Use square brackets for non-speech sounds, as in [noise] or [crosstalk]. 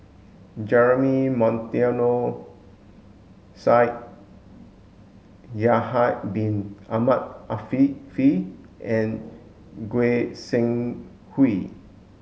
Jeremy Monteiro [unintelligible] Yahya Bin Ahmed Afifi and Goi Seng Hui